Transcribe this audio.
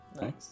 Nice